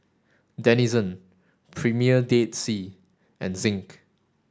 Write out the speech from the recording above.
Denizen Premier Dead Sea and Zinc